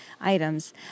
items